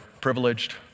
privileged